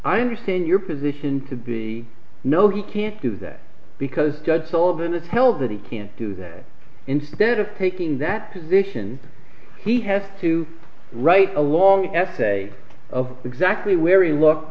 i understand your position to be no he can't do that because judge sullivan has held that he can't do that instead of taking that position he has to write a long essay of exactly w